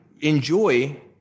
enjoy